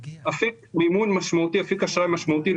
אשמח לדעת מי הם אותם אנשים שמדווחים היום